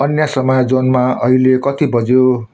अन्य समय जोनमा अहिले कति बज्यो